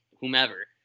whomever